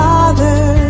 Father